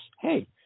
hey